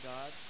God